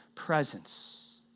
presence